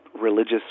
religious